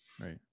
right